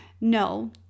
No